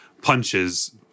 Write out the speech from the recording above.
punches